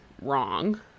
wrong